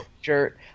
shirt